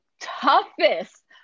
toughest